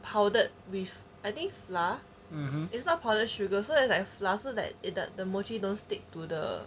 powdered with I think flour it's not powder sugar so that's like flour so that the mochi don't stick to the